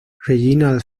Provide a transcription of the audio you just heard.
reginald